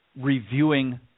reviewing